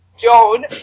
Joan